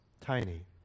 tiny